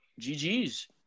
GG's